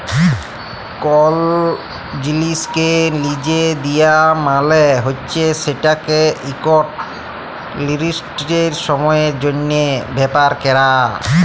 call জিলিসকে লিজে দিয়া মালে হছে সেটকে ইকট লিরদিস্ট সময়ের জ্যনহে ব্যাভার ক্যরা